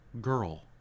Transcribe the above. girl